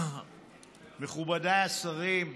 מכובדיי השרים,